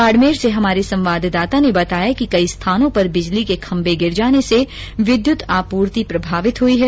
बाड़मेर से हमारे संवाददाता ने बताया कि कई स्थानों पर बिजली के खंबे गिर जाने से विद्युत आपूर्ति प्रभावित हुई है